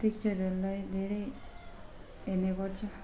पिक्चरहरूलाई धेरै हेर्ने गर्छ